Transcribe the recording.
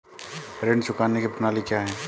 ऋण चुकाने की प्रणाली क्या है?